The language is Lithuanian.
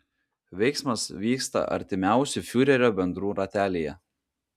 veiksmas vyksta artimiausių fiurerio bendrų ratelyje